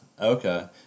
Okay